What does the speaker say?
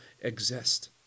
exist